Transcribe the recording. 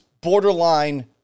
borderline